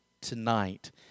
tonight